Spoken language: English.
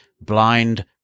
blind